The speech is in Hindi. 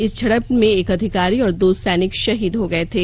इस झड़प में एक अधिकारी और दो सैनिक शहीद हो गए थे